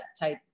type